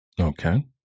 Okay